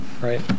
right